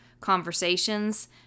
conversations